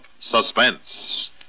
suspense